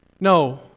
No